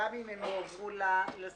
גם אם הם הועברו לספק.